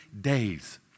days